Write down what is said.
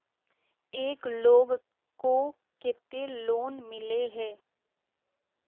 एक लोग को केते लोन मिले है?